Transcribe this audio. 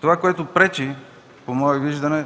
Това, което пречи да се случи, по мое виждане,